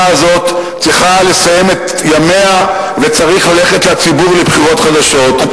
הזאת צריכה לסיים את ימיה וצריך ללכת לציבור לבחירות חדשות.